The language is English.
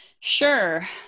Sure